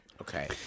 Okay